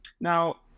Now